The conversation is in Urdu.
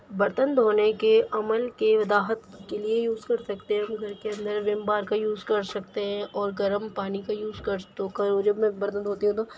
برتن دھونے کے عمل کے وضاحت کے لیے یوز کر سکتے ہیں ہم گھر کے اندر وم بار کا یوز کر سکتے ہیں اور گرم پانی کا یوز کر تو کرو ہیں تو جب میں برتن دھوتی ہوں تو